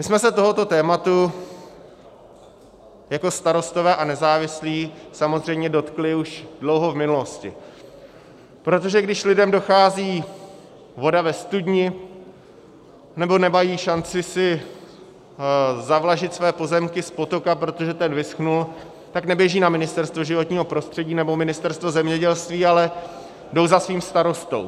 My jsme se tohoto tématu jako Starostové a nezávislí samozřejmě dotkli už dlouho v minulosti, protože když lidem dochází voda ve studni nebo nemají šanci si zavlažit své pozemky z potoka, protože ten vyschl, tak neběží na Ministerstvo životního prostředí nebo Ministerstvo zemědělství, ale jdou za svým starostou.